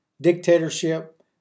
dictatorship